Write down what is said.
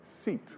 seat